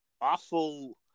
awful